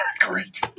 Great